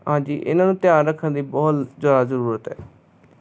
ਹਾਂਜੀ ਇਹਨਾਂ ਨੂੰ ਧਿਆਨ ਰੱਖਣ ਦੀ ਬਹੁਤ ਜ਼ਿਆਦਾ ਜ਼ਰੂਰਤ ਹੈ